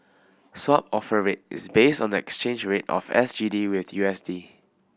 Swap Offer Rate is based on the exchange rate of S G D with U S D